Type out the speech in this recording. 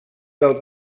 del